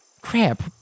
Crap